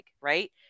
right